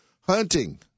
hunting